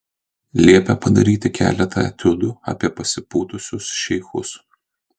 liepė padaryti keletą etiudų apie pasipūtusius šeichus